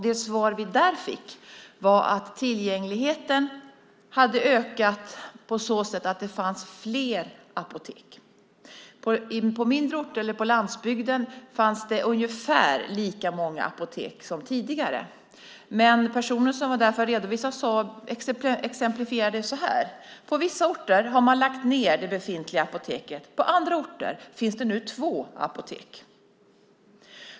Det svar vi där fick var att tillgängligheten hade ökat på så sätt att det fanns fler apotek. På mindre orter eller på landsbygden fanns det ungefär lika många apotek som tidigare, men personer som var med för att redovisa exemplifierade det så här: På vissa orter har man lagt ned det befintliga apoteket. På andra orter finns det nu två apotek.